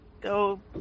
Go